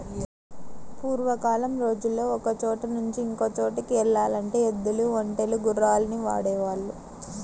పూర్వకాలం రోజుల్లో ఒకచోట నుంచి ఇంకో చోటుకి యెల్లాలంటే ఎద్దులు, ఒంటెలు, గుర్రాల్ని వాడేవాళ్ళు